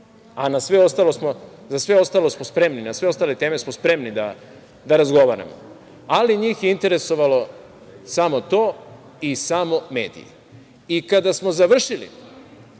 a za sve ostalo smo spremni, na sve ostale teme smo spremni da razgovaramo. Njih je interesovalo samo to i samo mediji. Kada smo završili,